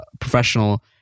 professional